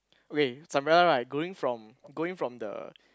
okay is umbrella right going from going from the